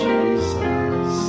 Jesus